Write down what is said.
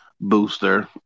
Booster